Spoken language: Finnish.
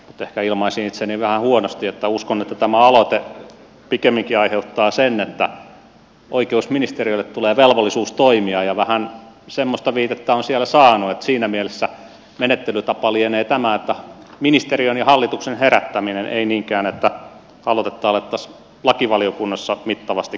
ehkä ilmaisin itseni vähän huonosti uskon että tämä aloite pikemminkin aiheuttaa sen että oikeusministeriölle tulee velvollisuus toimia ja vähän semmoista viitettä olen sieltä saanut niin että siinä mielessä menettelytapa lienee tämä ministeriön ja hallituksen herättäminen ei niinkään se että aloitetta alettaisiin lakivaliokunnassa mittavasti käsittelemään